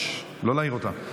לא להעיר אותה.